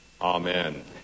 amen